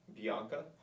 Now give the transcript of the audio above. Bianca